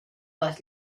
les